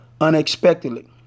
unexpectedly